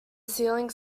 ceiling